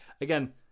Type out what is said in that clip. again